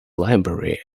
library